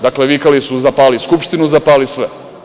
Dakle, vikali su – zapali Skupštinu, zapali sve.